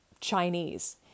Chinese